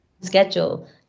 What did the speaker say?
schedule